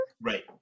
Right